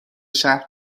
شهر